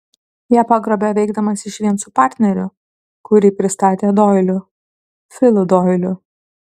ją pagrobė veikdamas išvien su partneriu kurį pristatė doiliu filu doiliu